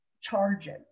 charges